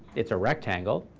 it's a rectangle.